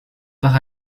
par